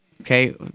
okay